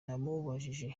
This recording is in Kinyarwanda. namubajije